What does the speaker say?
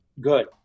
good